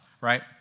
right